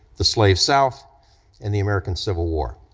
the slave south and the american civil war.